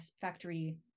factory